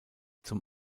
zum